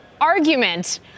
argument